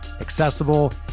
accessible